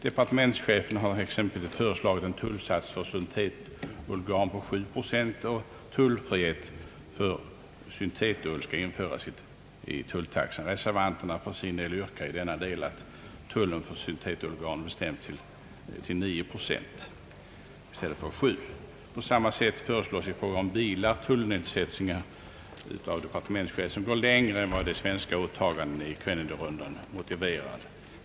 Departementschefen har exempelvis föreslagit att en tullsats för syntetullgarn på 7 procent och tullfrihet för syntetull skall införas i tulltaxan. Reservanterna yrkar i denna del, att tullen för syntetullgarn bestäms till 9 procent i stället för 7 procent. I fråga om bilar föreslås också av departementschefen tullnedsättningar, som går längre än vad de svenska åtagandena i Kennedyronden motiverar.